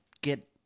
get